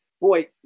boy